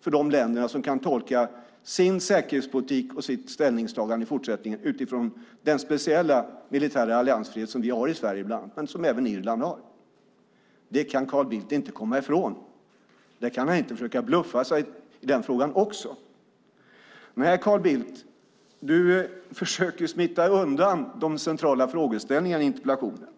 för de länder som kan tolka sin säkerhetspolitik och sitt ställningstagande i fortsättningen utifrån den speciella militära alliansfrihet som vi har i Sverige och som även Irland har. Det kan Carl Bildt inte komma ifrån. Han kan inte bluffa i den frågan också. Nej, Carl Bildt försöker smita undan de centrala frågorna i interpellationen.